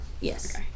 Yes